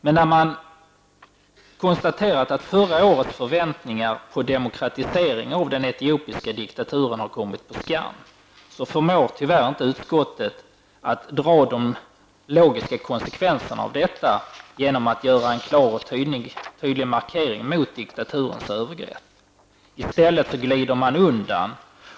Men när man har konstaterat att förra årets förväntningar på demokratisering av den etiopiska diktaturen har kommit på skam, förmår tyvärr inte utskottet att dra de logiska konsekvenserna av detta genom att göra en klar och tydlig markering mot diktaturens övergrepp. I stället glider man undan.